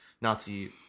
nazi